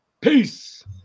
Peace